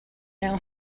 now